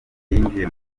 yinjiye